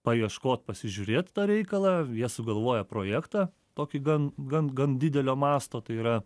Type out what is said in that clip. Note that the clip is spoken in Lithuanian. paieškot pasižiūrėt tą reikalą jie sugalvoja projektą tokį gan gan gan didelio masto tai yra